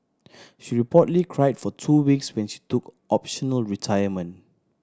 she reportedly cried for two weeks when she took optional retirement